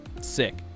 sick